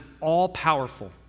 all-powerful